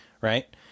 right